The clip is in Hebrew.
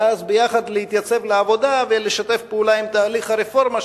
ואז ביחד להתייצב לעבודה ולשתף פעולה עם תהליך הרפורמה,